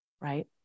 right